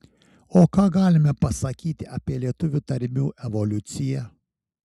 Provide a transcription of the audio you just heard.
o ką galime pasakyti apie lietuvių tarmių evoliuciją